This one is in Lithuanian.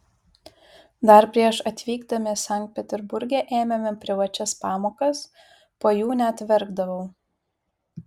dar prieš atvykdami sankt peterburge ėmėme privačias pamokas po jų net verkdavau